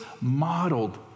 modeled